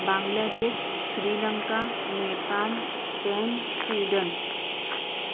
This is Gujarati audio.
Bangladesh Sri Lanka Nepal Spain Sweden